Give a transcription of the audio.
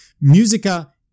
Musica